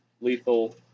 Lethal